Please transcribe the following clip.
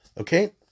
Okay